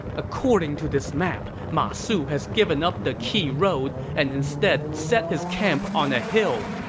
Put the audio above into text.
according to this map, ma su has given up the key road and instead set his camp on a hill.